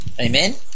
Amen